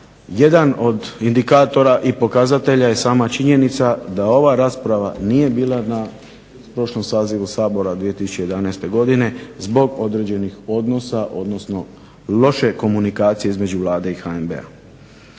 Jedan od indikatora i pokazatelja je sama činjenica da ova rasprava nije bila na prošlom sazivu Sabor 2011.godine zbog određenih odnosa odnosno zbog loše komunikacije između Vlade i HNB-a.